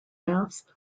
math